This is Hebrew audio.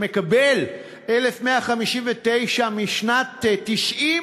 שמקבל 1,159 שקל משנת 1990,